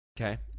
Okay